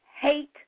hate